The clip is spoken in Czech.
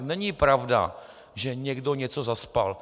Není pravda, že někdo něco zaspal.